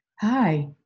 Hi